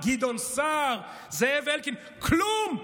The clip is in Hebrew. גדעון סער, זאב אלקין, כלום.